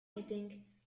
hitting